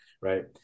right